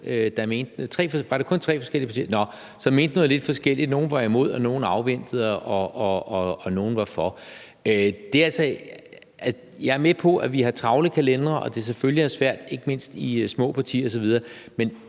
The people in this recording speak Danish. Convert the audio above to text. hilse fra tre forskellige partier, som mente noget lidt forskelligt; nogle var imod, nogle afventede, og nogle var for. Jeg er med på, at vi har travle kalendere og det selvfølgelig er svært, ikke mindst i små partier osv., men